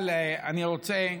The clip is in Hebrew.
אבל אני רוצה,